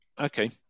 Okay